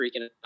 freaking